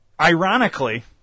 ironically